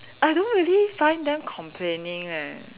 I don't really find them complaining eh